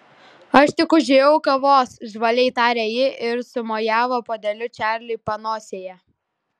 aš tik užėjau kavos žvaliai tarė ji ir sumojavo puodeliu čarliui panosėje